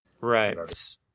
Right